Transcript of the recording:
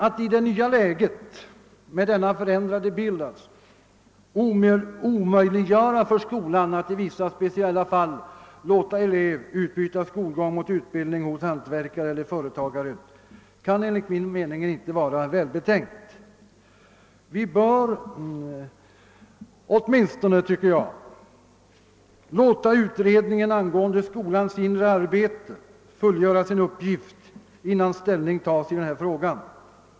Att i det nya, förändrade läget omöjliggöra för skolan att i vissa, speciella fall låta elev utbyta skolgång mot utbildning hos hantverkare eller företagare kan enligt min mening inte vara välbetänkt. Vi bör åtminstone låta utredningen angående skolans inre arbete fullgöra sin uppgift innan ställning tas i den här frågan.